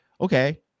okay